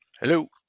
Hello